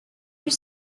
were